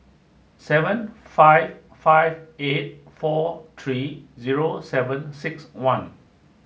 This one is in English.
seven five five eight four three zero seven six one